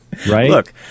Look